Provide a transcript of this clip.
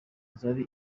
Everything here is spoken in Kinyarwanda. zari